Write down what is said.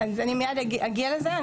אני מיד אגיע לזה.